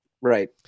right